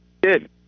Good